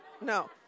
No